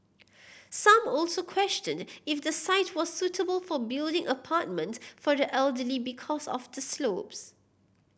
some also questioned if the site was suitable for building apartments for the elderly because of the slopes